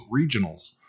regionals